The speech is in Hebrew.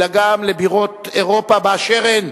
אלא גם לבירות אירופה באשר הן,